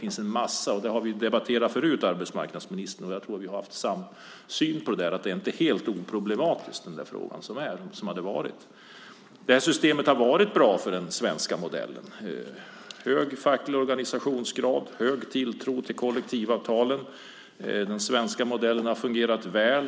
Vi har debatterat detta förut, och jag tror att vi har en samsyn när det gäller att frågan inte är helt oproblematisk. Systemet har varit bra för den svenska modellen. Det har varit hög facklig organisationsgrad och hög tilltro till kollektivavtalen. Den svenska modellen har fungerat väl.